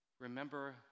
Remember